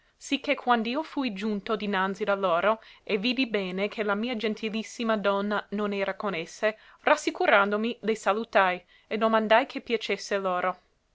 che quand'io fui giunto dinanzi da loro e vidi bene che la mia gentilissima donna non era con esse rassicurandomi le salutai e domandai che piacesse loro